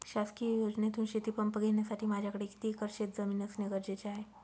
शासकीय योजनेतून शेतीपंप घेण्यासाठी माझ्याकडे किती एकर शेतजमीन असणे गरजेचे आहे?